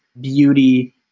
beauty